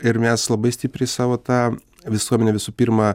ir mes labai stipriai savo tą visuomenę visų pirma